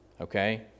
okay